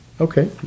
okay